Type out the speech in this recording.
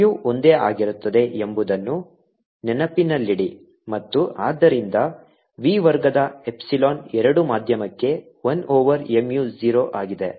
mu ಒಂದೇ ಆಗಿರುತ್ತದೆ ಎಂಬುದನ್ನು ನೆನಪಿನಲ್ಲಿಡಿ ಮತ್ತು ಆದ್ದರಿಂದ v ವರ್ಗದ ಎಪ್ಸಿಲಾನ್ ಎರಡೂ ಮಾಧ್ಯಮಕ್ಕೆ 1 ಓವರ್ mu 0 ಆಗಿದೆ